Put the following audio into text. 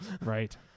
Right